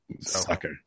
sucker